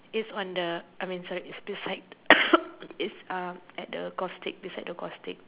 is on the I mean sorry is beside it's uh at the golf stick beside the golf stick